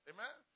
Amen